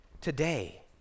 today